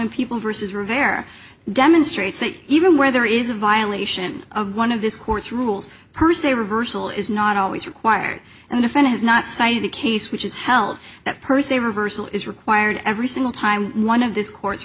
in people versus rivera demonstrates that even where there is a violation of one of this court's rules per se reversal is not always required and the fed has not cited the case which is held that per se reversal is required every single time one of this court